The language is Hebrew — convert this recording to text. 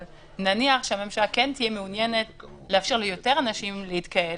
אבל נניח שהממשלה כן תהיה מעוניינת לאפשר ליותר אנשים להתקהל,